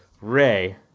Ray